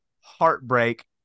heartbreak